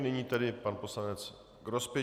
Nyní tedy pan poslanec Grospič.